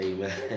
Amen